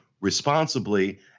responsibly